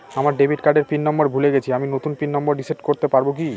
আমার ডেবিট কার্ডের pin number ভুলে গেছি আমি নূতন পিন নম্বর রিসেট করতে পারবো কি?